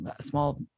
small